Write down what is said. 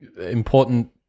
important